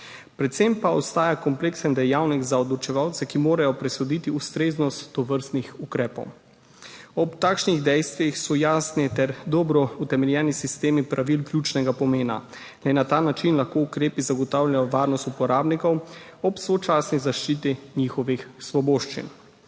predvsem pa ostaja kompleksen dejavnik za odločevalce, ki morajo presoditi ustreznost tovrstnih ukrepov. Ob takšnih dejstvih so jasni ter dobro utemeljeni sistemi pravil ključnega pomena. Le na ta način lahko ukrepi zagotavljajo varnost uporabnikov ob sočasni zaščiti njihovih svoboščin.